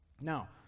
Now